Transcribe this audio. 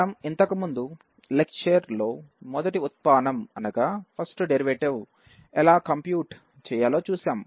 మనం ఇంతకుముందు లెక్చర్లో మొదటి ఉత్పానం ఎలా కంప్యూట్ చేయాలో చూసాం